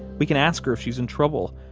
we can ask her if she's in trouble,